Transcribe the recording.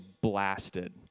blasted